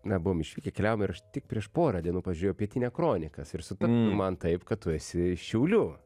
na buvom išvykę keliavom ir aš tik prieš porą dienų pažiūrėjau pietinia kronikas ir sutapk tu man taip kad tu esi iš šiaulių